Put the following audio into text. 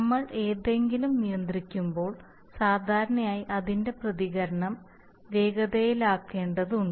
നമ്മൾ എന്തെങ്കിലും നിയന്ത്രിക്കുമ്പോൾ സാധാരണയായി അതിന്റെ പ്രതികരണം വേഗത്തിലാക്കേണ്ടതുണ്ട്